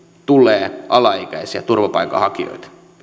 tulee alaikäisiä turvapaikanhakijoita